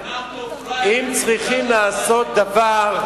אם צריכים לעשות דבר,